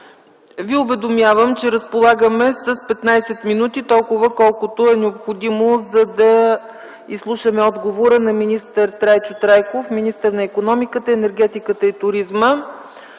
ви уведомявам, че разполагаме с 15 минути. Колкото е необходимо, за да изслушаме отговора на министър Трайчо Трайков – министър на икономиката, енергетиката и туризма.